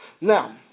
Now